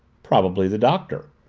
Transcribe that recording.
probably the doctor,